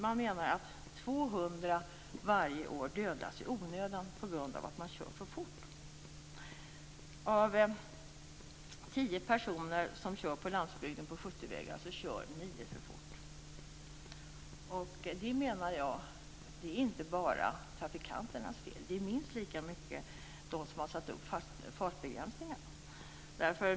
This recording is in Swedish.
Man menar att 200 personer dödas i onödan varje år på grund av att vi kör för fort. vägar kör nio för fort. Jag menar att det inte bara är trafikanternas fel. Det gäller minst lika mycket dem som har satt upp fartbegränsningarna.